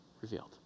revealed